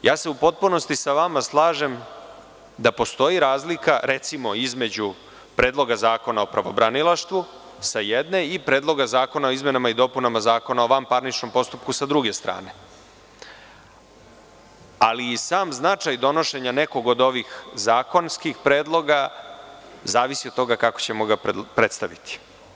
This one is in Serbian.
U potpunosti se sa vama slažem da postoji razlika, recimo, između Predloga zakona o pravobranilaštvu, sa jedne strane, i Predloga zakona o izmenama i dopunama Zakona o vanparničnom postupku, sa druge strane, ali i sam značaj donošenja nekog od ovih zakonskih predloga zavisi od toga kako ćemo ga predstaviti.